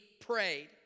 prayed